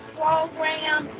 program